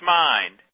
mind